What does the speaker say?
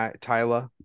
Tyler